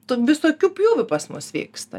tų visokių pjūvių pas mus vyksta